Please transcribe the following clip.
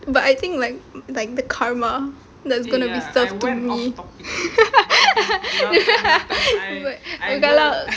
but I think like like the karma that's going to be served to me but kalau